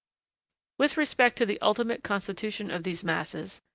with respect to the ultimate constitution of these masses,